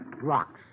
Rocks